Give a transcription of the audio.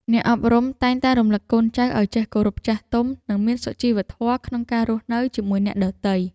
អ្នកអប់រំតែងតែរំលឹកកូនចៅឱ្យចេះគោរពចាស់ទុំ និងមានសុជីវធម៌ក្នុងការរស់នៅជាមួយអ្នកដទៃ។